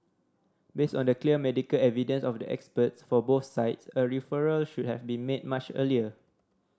based on the clear medical evidence of the experts for both sides a referral should have been made much earlier